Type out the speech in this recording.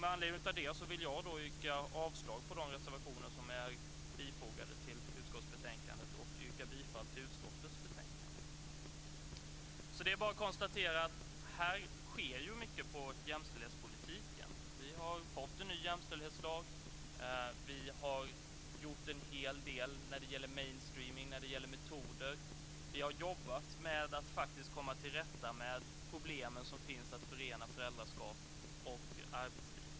Med anledning av det vill jag yrka avslag på de reservationer som är fogade till utskottsbetänkandet och yrka bifall till utskottets förslag. Det är bara att konstatera att det sker mycket inom jämställdhetspolitiken. Vi har fått en ny jämställdhetslag. Vi har gjort en hel del när det gäller mainstreaming och metoder. Vi har jobbat med att faktiskt komma till rätta med de problem som finns med att förena föräldraskap och arbetsliv.